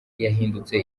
yahindutse